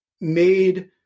made